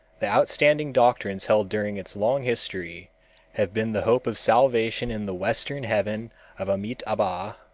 the outstanding doctrines held during its long history have been the hope of salvation in the western heaven of amitabha,